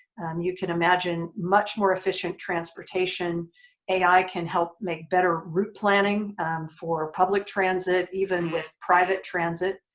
you can imagine much more efficient transportation ai can help make better route planning for public transit even with private transit.